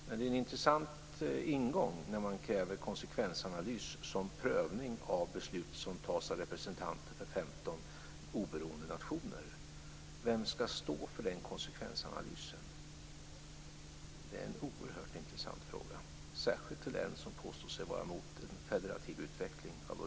Men det är en intressant ingång att kräva konsekvensanalys som prövning av beslut som fattas av representanter för 15 oberoende nationer. Vem ska stå för den konsekvensanalysen? Det är en oerhört intressant fråga, särskilt till den som påstår sig vara emot en federativ utveckling av unionen.